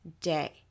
day